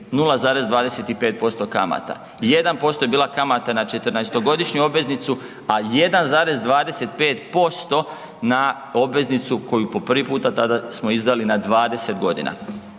0,25% kamata, 1% je bila kamata na 14-to godišnju obveznicu, a 1,25% na obveznicu koju po prvi puta tada smo izdali na 20 godina.